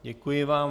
Děkuji vám.